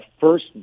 first